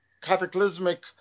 cataclysmic